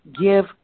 give